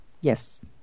Yes